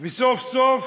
וסוף-סוף,